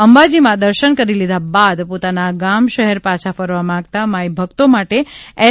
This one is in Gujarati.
અંબાજીમાં દર્શન કરી લીધા બાદ પોતાના ગામશહેર પાછા ફરવા માંગતા માઇભકતો માટે એસ